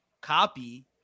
copy